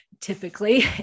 typically